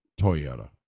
Toyota